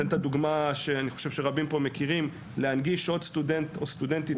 אתן את הדוגמה שאני חושב שרבים פה מכירים: להנגיש עוד סטודנט או סטודנטית